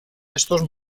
estos